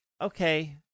okay